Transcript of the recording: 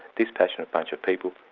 dispassionate bunch of people,